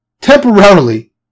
temporarily